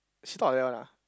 she talk like that one ah